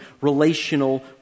relational